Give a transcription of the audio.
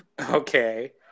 Okay